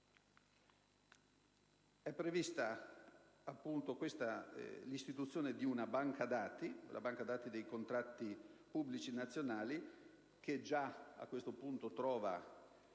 È prevista l'istituzione di una Banca dati dei contratti pubblici nazionali, che già a questo punto trova